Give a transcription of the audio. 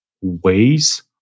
ways